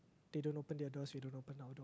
they don't open their doors we don't open ours